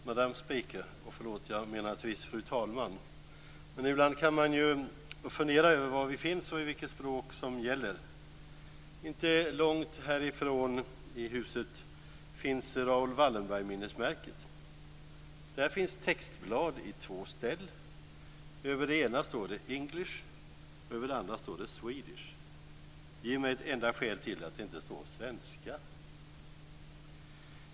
Madame Speaker! Åh, förlåt, jag menar naturligtvis Fru talman! Men ibland kan man ju fundera över var vi finns och vilket språk som gäller. Inte långt härifrån huset finns Raoul Wallenberg-minnesmärket. Där finns textblad i två ställ. Över det ena står det English och över det andra står det Swedish. Ge mig ett enda skäl till att det inte står Svenska.